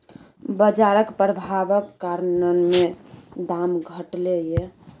बजारक प्रभाबक कारणेँ दाम घटलै यै